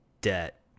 debt